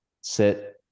sit